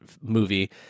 movie